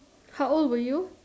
how old were you